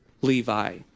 Levi